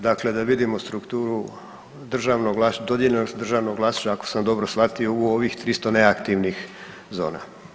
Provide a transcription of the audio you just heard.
Dakle, da vidimo strukturu državnog, dodijeljenog državnog vlasništva ako sam dobro shvatio u ovih 300 neaktivnih zona.